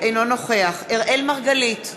אינו נוכח אראל מרגלית,